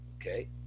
Okay